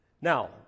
Now